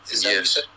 Yes